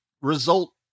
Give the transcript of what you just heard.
result